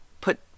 put